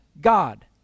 God